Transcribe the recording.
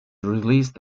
released